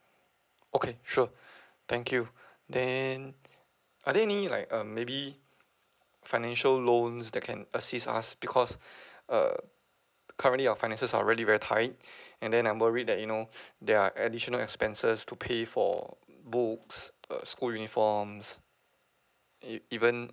okay sure thank you then are there any like uh maybe financial loans that can assist us because err currently our finances are really very tight and then I'm worried that you know they are additional expenses to pay for books uh school uniforms e~ even